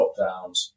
lockdowns